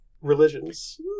religions